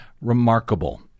remarkable